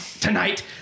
tonight